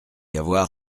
avoir